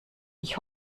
ich